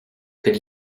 could